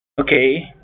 Okay